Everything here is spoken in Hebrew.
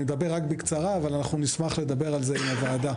אני מדבר בקצרה אבל אנחנו נשמח לדבר על זה עם הוועדה.